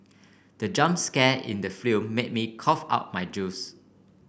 the jump scare in the film made me cough out my juice